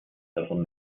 davon